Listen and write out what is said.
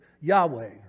Yahweh